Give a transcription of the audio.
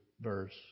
verse